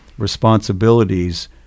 responsibilities